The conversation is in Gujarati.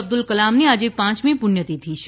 અબ્દુલ કલામની આજે પાંચમી પુસ્થતિથિ છે